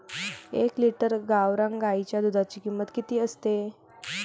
एक लिटर गावरान गाईच्या दुधाची किंमत किती असते?